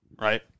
right